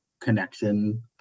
connection